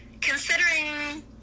considering